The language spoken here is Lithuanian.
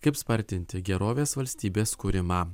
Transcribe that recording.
kaip spartinti gerovės valstybės kūrimą